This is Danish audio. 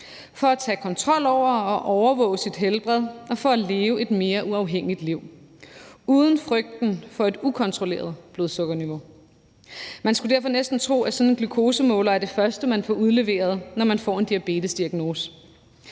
for at tage kontrol over og overvåge sit helbred og for at leve et mere uafhængigt liv uden frygten for et ukontrolleret blodsukkerniveau. Man skulle derfor næsten tro, at sådan en glukosemåler er det første, man får udleveret, når man får en diabetesdiagnose,